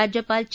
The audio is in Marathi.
राज्यपाल चे